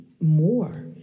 more